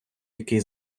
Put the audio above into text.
який